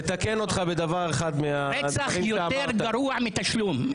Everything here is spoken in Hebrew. רצח יותר גרוע מתשלום.